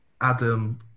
Adam